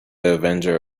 avenger